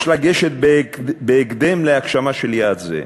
יש לגשת בהקדם להגשמה של יעד זה,